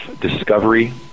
discovery